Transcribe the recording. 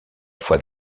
fois